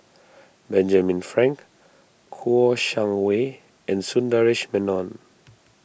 Benjamin Frank Kouo Shang Wei and Sundaresh Menon